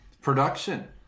production